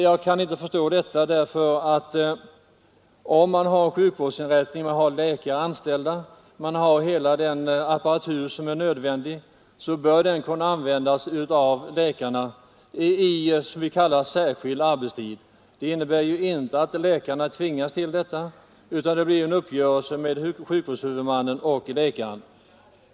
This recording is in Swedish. Jag kan inte förstå detta resonemang, för om läkarna är anställda vid en sjukvårdsinrättning där det finns all nödvändig apparatur bör den kunna användas av läkarna under vad vi kallar särskild arbetstid. Det innebär inte att läkarna tvingas till detta, utan det blir en uppgörelse mellan sjukvårdshuvudmannen och läkarna.